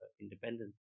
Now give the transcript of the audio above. independence